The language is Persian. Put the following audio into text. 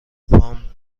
پام